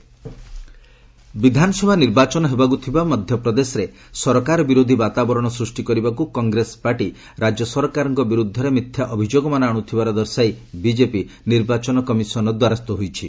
BJP EC ବିଧାନସଭା ନିର୍ବାଚନ ହେବାକୁ ଥିବା ମଧ୍ୟପ୍ରଦେଶରେ ସରକାର ବିରୋଧୀ ବାତାବରଣ ସ୍ଚୁଷ୍ଟି କରିବାକୁ କଂଗ୍ରେସ ପାର୍ଟି ରାଜ୍ୟ ସରକାରଙ୍କ ବିରୁଦ୍ଧରେ ମିଥ୍ୟା ଅଭିଯୋଗମାନ ଆଣୁଥିବାର ଦର୍ଶାଇ ବିଜେପି ନିର୍ବାଚନ କମିଶନ୍ ର ଦ୍ୱାରସ୍ଥ ହୋଇଛି